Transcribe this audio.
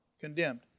condemned